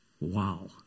Wow